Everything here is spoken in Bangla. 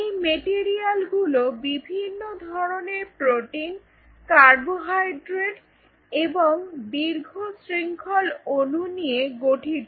এই মেটেরিয়াল গুলো বিভিন্ন ধরনের প্রোটিন কার্বোহাইড্রেট এবং দীর্ঘ শৃংখল অনু নিয়ে গঠিত